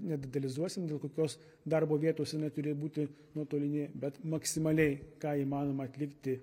nedetalizuosim dėl kokios darbo vietos jinai turi būti nuotolinė bet maksimaliai ką įmanoma atlikti